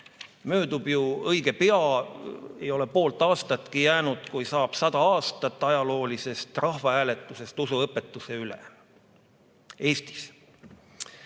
Möödub ju õige pea, ei ole poolt aastatki jäänud, kui saab 100 aastat ajaloolisest rahvahääletusest usuõpetuse üle